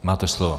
Máte slovo.